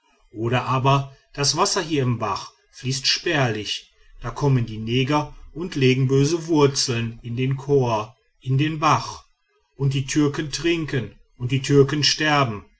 oder aber das wasser hier im bach fließt spärlich da kommen die neger und legen böse wurzeln in den chor in den bach und die türken trinken und die türken sterben